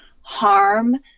harm